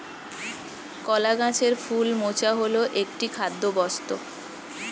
কলা গাছের ফুল মোচা হল একটি খাদ্যবস্তু